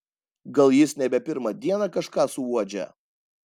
gal jis nebe pirmą dieną kažką suuodžia